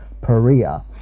Perea